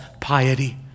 piety